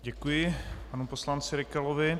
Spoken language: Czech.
Děkuji panu poslanci Rykalovi.